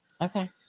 Okay